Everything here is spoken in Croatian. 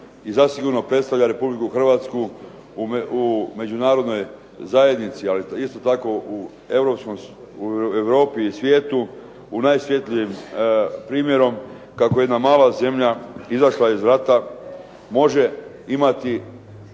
i zasigurno predstavlja Republiku Hrvatsku u međunarodnoj zajednici, ali isto tako u Europi i svijetu u najsvjetlijim primjerom kako jedna mala zemlja izašla iz rata može imati